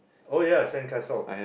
oh yeah sandcastle